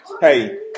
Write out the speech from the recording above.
hey